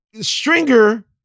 Stringer